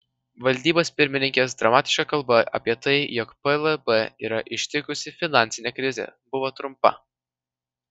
valdybos pirmininkės dramatiška kalba apie tai jog plb yra ištikusi finansinė krizė buvo trumpa